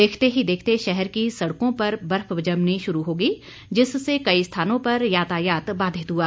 देखते ही देखते शहर की सड़कों पर बर्फ जमनी शुरू हो गई जिससे कई स्थानों पर यातायात बाधित हुआ